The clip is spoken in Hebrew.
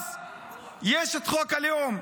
אז יש את חוק הלאום,